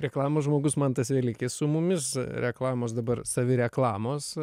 reklamos žmogus mantas velykis su mumis reklamos dabar savireklamos